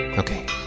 Okay